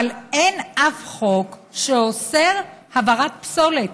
אבל אין שום חוק שאוסר הבערת פסולת.